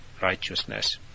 righteousness